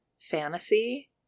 fantasy